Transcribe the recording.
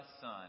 Son